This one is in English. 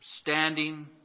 standing